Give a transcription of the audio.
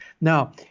Now